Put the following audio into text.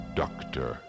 doctor